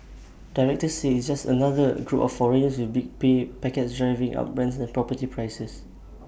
detractors say it's just another group of foreigners with big pay packets driving up rents and property prices